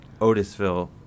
Otisville